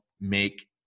make